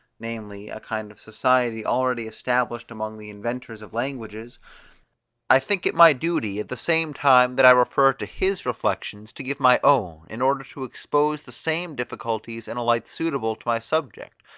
namely a kind of society already established among the inventors of languages i think it my duty, at the same time that i refer to his reflections, to give my own, in order to expose the same difficulties in a light suitable to my subject.